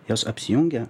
jos apsijungia